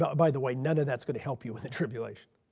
ah by the way none of that's going to help you in the tribulation.